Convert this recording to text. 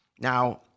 Now